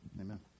Amen